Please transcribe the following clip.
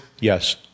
Yes